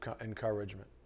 encouragement